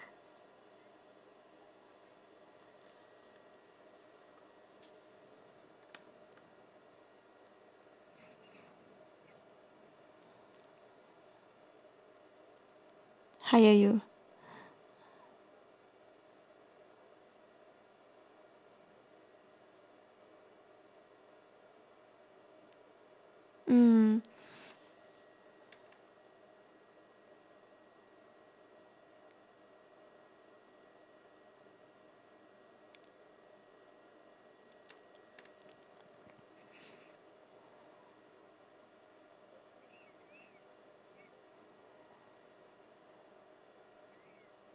hire you mm